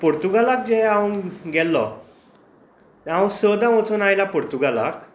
पुर्तुगालाक जे हांव गेल्लो हांव स दां वचून आयलां पुर्तुगालाक